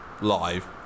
live